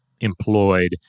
employed